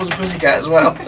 pussycat as well.